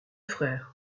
frères